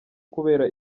kubera